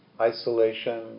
isolation